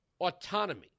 autonomy